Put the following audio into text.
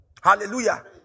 Hallelujah